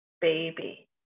baby